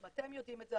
גם אתם יודעים את זה,